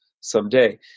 someday